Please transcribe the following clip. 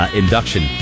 induction